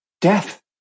Death